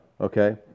okay